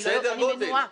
אני מנועה.